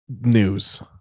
news